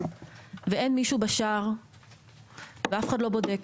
ואין מישהו בשער אף אחד לא בודק